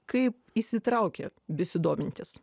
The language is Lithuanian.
kai įsitraukia besidomintys